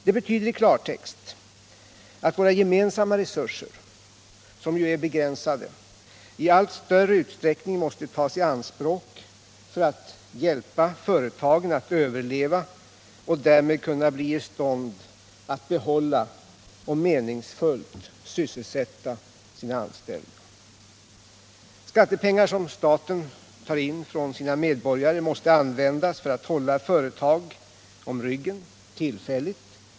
Det betyder i klartext att våra gemensamma resurser, som ju är begränsade, i allt större utsträckning måste tas i anspråk för att hjälpa företagen att överleva och därmed bli i stånd att behålla och meningsfullt sysselsätta sina anställda. Skattepengar som staten tar in från sina medborgare måste användas för att hålla företag om ryggen, tillfälligt.